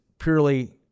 purely